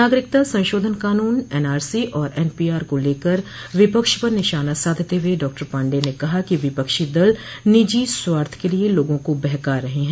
नागरिकता संशोधन कानून एनआरसी और एनपीआर को लेकर विपक्ष पर निशाना साधते हुए डॉक्टर पांडेय ने कहा कि विपक्षी दल निजी स्वार्थ के लिए लोगों को बहका रहे हैं